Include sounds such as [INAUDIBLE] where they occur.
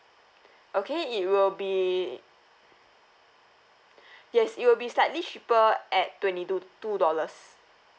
okay it will be [BREATH] yes it will be slightly cheaper at twenty two two dollars